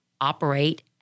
operate